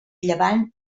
llevant